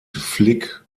flick